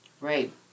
Right